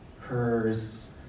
cursed